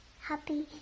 Happy